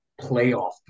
playoff